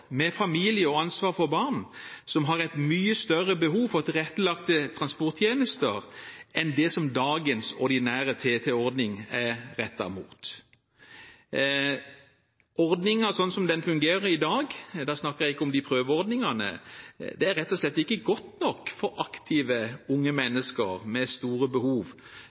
med familie og ansvar for barn, som har et mye større behov for tilrettelagte transporttjenester enn det som dagens ordinære TT-ordning er rettet mot. Ordningen sånn som den fungerer i dag – da snakker jeg ikke om de prøveordningene – er rett og slett ikke god nok for aktive unge mennesker med store behov,